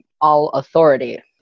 all-authority